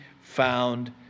found